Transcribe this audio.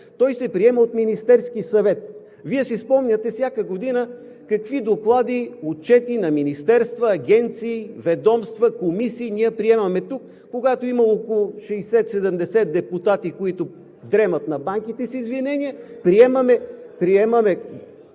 той се приема от Министерския съвет. Вие си спомняте всяка година какви доклади, отчети на министерства, агенции, ведомства, комисии ние приемаме тук, когато има около 60, 70 депутати, които дремят на банките, с извинение...